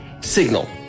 signal